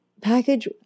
package